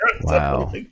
Wow